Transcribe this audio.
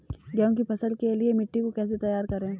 गेहूँ की फसल के लिए मिट्टी को कैसे तैयार करें?